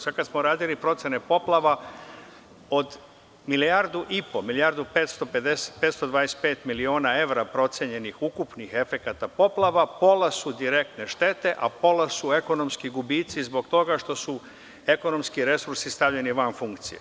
Sada kada smo radili procene poplava, od jedne milijarde 525 miliona evra procenjenih, ukupnih efekata poplava, pola su direktne štete, a pola su ekonomski gubici zbog toga što su ekonomski resursi stavljeni van funkcije.